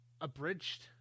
Abridged